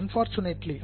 unfortunately